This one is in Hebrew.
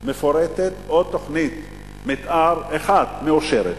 מפורטת או תוכנית מיתאר אחת מאושרת.